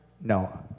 no